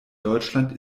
deutschland